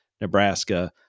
Nebraska